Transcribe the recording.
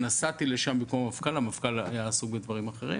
נסעתי לשם במקום המפכ"ל המפכ"ל היה עסוק בדברים אחרים